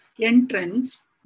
entrance